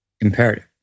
Imperative